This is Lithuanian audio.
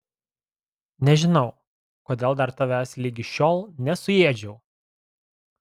nežinau kodėl dar tavęs ligi šiol nesuėdžiau